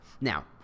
Now